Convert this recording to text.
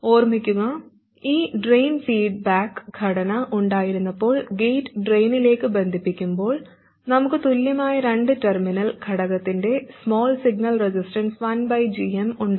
ഓർമിക്കുക ഈ drain feedback ഘടന ഉണ്ടായിരുന്നപ്പോൾ ഗേറ്റ് ഡ്രെയിനിലേക്ക് ബന്ധിപ്പിക്കുമ്പോൾ നമുക്ക് തുല്യമായ രണ്ട് ടെർമിനൽ ഘടകത്തിന്റെ സ്മാൾ സിഗ്നൽ റെസിസ്റ്റൻസ് 1 gm ഉണ്ടായിരുന്നു